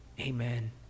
amen